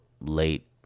late